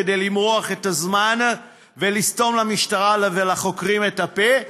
כדי למרוח את הזמן ולסתום למשטרה ולחוקרים את הפה.